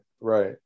right